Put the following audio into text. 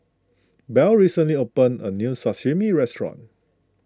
Belle recently opened a new Sashimi restaurant